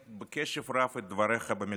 בקשב רב את דבריך במליאת הכנסת,